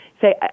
say